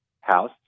House